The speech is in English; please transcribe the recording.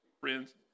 friends